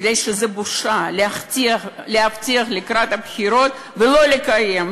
כי זה בושה להבטיח לקראת הבחירות ולא לקיים.